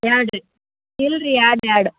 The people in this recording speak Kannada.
ಬ್ಯಾಡ್ರಿ ಇಲ್ರಿ ಎರಡು ಬ್ಯಾಡ